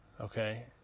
okay